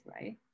right